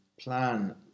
plan